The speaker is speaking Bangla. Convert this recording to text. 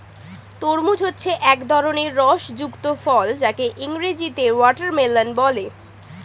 তরমুজ হচ্ছে এক ধরনের রস যুক্ত ফল যাকে ইংরেজিতে ওয়াটারমেলান বলে